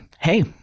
hey